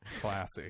Classy